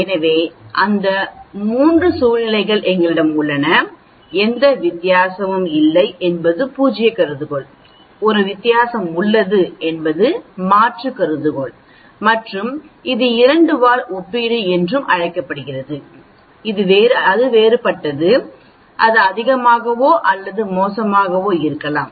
எனவே அந்த 3 சூழ்நிலைகள் எங்களிடம் உள்ளன எந்த வித்தியாசமும் இல்லை என்பது பூஜ்ய கருதுகோள் ஒரு வித்தியாசம் உள்ளது என்பது மாற்று கருதுகோள் மற்றும் இது இரண்டு வால் ஒப்பீடு என்று அழைக்கப்படுகிறது இது வேறுபட்டது அது அதிகமாகவோ அல்லது மோசமாகவோ இருக்கலாம்